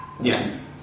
Yes